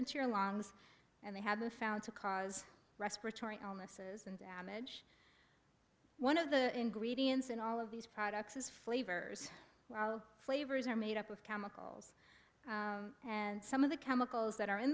into your lungs and they have been found to cause respiratory illnesses and damage one of the ingredients in all of these products is flavors well flavors are made up of chemicals and some of the chemicals that are in